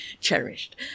cherished